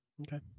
Okay